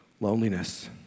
loneliness